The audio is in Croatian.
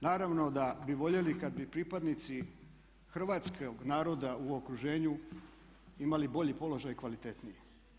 Naravno da bi voljeli kad bi pripadnici hrvatskog naroda u okruženju imali bolji položaj i kvalitetniji.